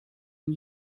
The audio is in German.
ihn